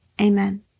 Amen